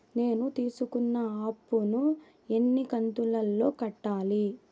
నేను తీసుకున్న అప్పు ను ఎన్ని కంతులలో కట్టాలి?